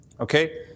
Okay